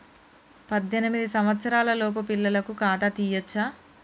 పద్దెనిమిది సంవత్సరాలలోపు పిల్లలకు ఖాతా తీయచ్చా?